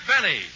Benny